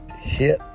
hit